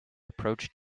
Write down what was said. approached